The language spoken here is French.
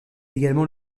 également